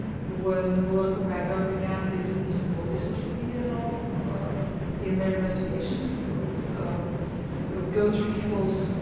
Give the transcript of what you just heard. when the political crackdown began, they didn't employ social media at all in their investigations. they would you know they would go through people's